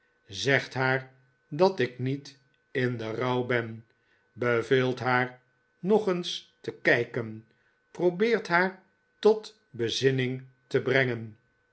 zegt haar dat ik niet in den rouw ben beveelt haar nog eens te kijken probeert haar tot bezinning te brengen